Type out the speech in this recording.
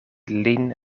lin